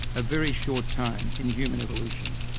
a very short time in human evolution.